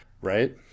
right